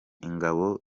ingabo